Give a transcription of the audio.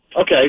Okay